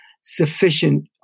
sufficient